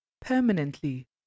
permanently